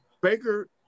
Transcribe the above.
Baker